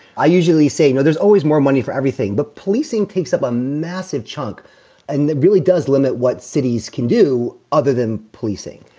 i usually say, you know, there's always more money for everything, but policing takes up a massive chunk and it really does limit what cities can do other than policing.